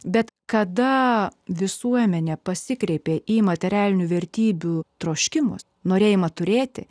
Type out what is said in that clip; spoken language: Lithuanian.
bet kada visuomenė pasikreipė į materialinių vertybių troškimus norėjimą turėti